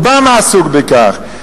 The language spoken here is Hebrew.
אובמה עסוק בכך,